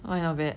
what not bad